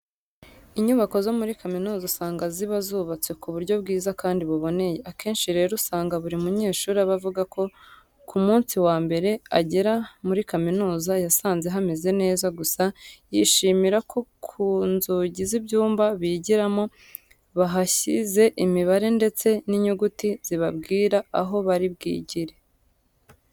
Inyubako zo muri kaminuza usanga ziba zubatse ku buryo bwiza kandi buboneye. Akenshi rero usanga buri munyeshuri aba avuga ko ku munsi wa mbere agera muri kaminuza yasanze hameze neza gusa yishimira ko ku nzugi z'ibyumba bigiramo bahashyize imibare ndetse n'inyuguti zibabwira aho bari bwigire.